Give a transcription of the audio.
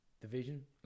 division